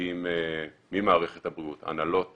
נציגים ממערכת הבריאות, הנהלות